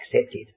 accepted